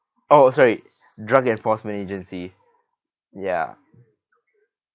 oh sorry drug enforcement agency ya